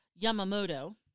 Yamamoto